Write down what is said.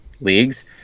leagues